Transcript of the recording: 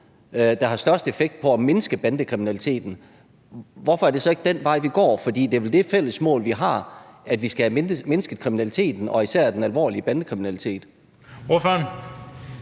der har størst effekt på at mindske bandekriminaliteten, hvorfor er det så ikke den vej, vi går? For det er vel det fælles mål, vi har, at vi skal have mindsket kriminaliteten og især den alvorlige bandekriminalitet. Kl.